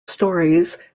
stories